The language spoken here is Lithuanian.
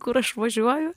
kur aš važiuoju